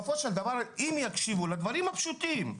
צריך להקשיב לדברים הפשוטים.